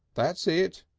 that's it,